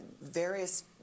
various